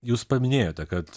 jūs paminėjote kad